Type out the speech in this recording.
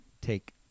take